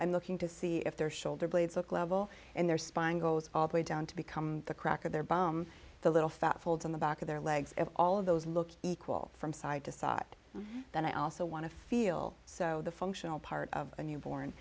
i'm looking to see if their shoulder blades look level and their spine goes all the way down to become the crack of their bum the little fat folds on the back of their legs all of those look equal from side to side that i also want to feel so the functional part of a newborn